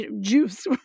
juice